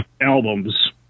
albums